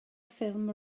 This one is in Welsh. ffilm